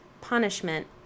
punishment